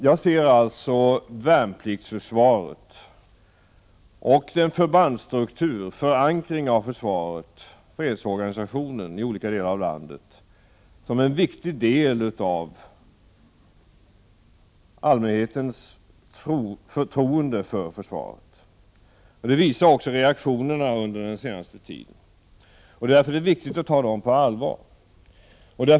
Jag ser alltså värnpliktsförsvaret och den förbandsstruktur som finns, förankringen av försvaret och fredsorganisationen i olika delar av landet, som viktiga delar när det gäller allmänhetens förtroende för försvaret. Detta visar också reaktionerna under den senaste tiden. Det är viktigt att ta dessa reaktioner på allvar.